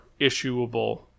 issuable